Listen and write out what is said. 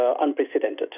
unprecedented